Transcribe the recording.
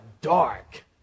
dark